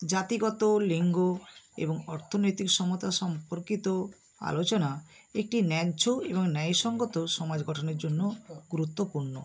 জাতিগত লিঙ্গ এবং অর্থনৈতিক সমতা সম্পর্কিত আলোচনা একটি ন্যায্য এবং ন্যায় সংগত সমাজ গঠনের জন্য গুরুত্বপূর্ণ